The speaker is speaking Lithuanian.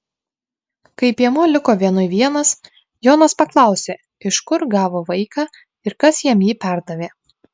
kai piemuo liko vienui vienas jonas paklausė iš kur gavo vaiką ir kas jam jį perdavė